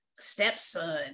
Stepson